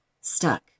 stuck